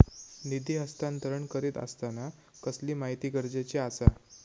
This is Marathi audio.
निधी हस्तांतरण करीत आसताना कसली माहिती गरजेची आसा?